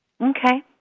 Okay